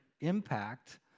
impact